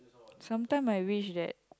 sometime I wish that